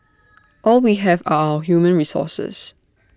all we have are our human resources